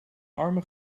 armen